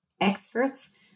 experts